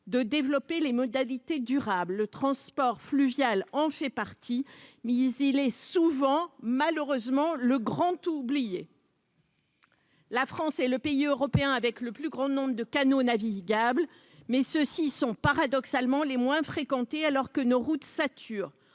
de développer les mobilités durables. Le transport fluvial en fait partie, mais il est souvent, malheureusement, le grand oublié des politiques publiques. La France est le pays européen avec le plus grand nombre de canaux navigables, mais ceux-ci sont paradoxalement les moins fréquentés, alors que nos routes saturent.